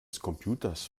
computers